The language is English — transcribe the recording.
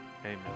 Amen